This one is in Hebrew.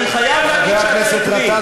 אני חייב להגיד שאתה עקבי.